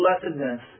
blessedness